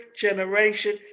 generation